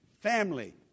family